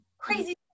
crazy